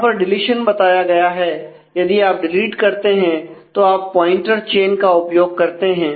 यहां पर डीलीशन बताया है यदि आप डिलीट करते हैं तो आप प्वाइंटर चैन का उपयोग करते हैं